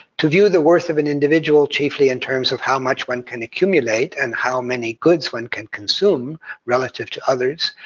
to view the worth of an individual chiefly in terms of how much one can accumulate and how many goods one can consume relative to others,